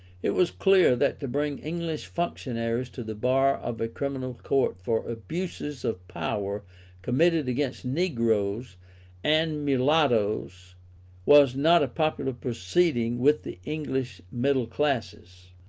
it was clear that to bring english functionaries to the bar of a criminal court for abuses of power committed against negroes and mulattoes was not a popular proceeding with the english middle classes.